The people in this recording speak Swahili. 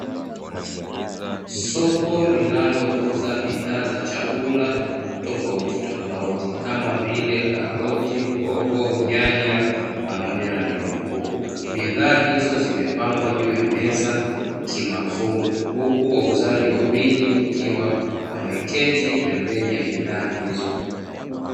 Soko linalouza bidhaa za chakula tofauti tofauti kama vile karoti, hoho, nyanya, pamoja na vitunguu. Bidhaa hizo zimepangwa juu ya meza kimafungu huku wauzaji wawili wakiwa wameketi pembeni ya bidhaa hizo.